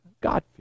God